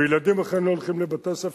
וילדים אכן לא הולכים לבתי-הספר,